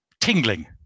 tingling